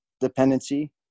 dependency